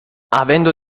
avendo